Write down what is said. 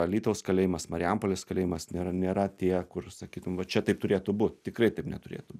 alytaus kalėjimas marijampolės kalėjimas nėra nėra tie kur sakytum va čia taip turėtų būt tikrai taip neturėtų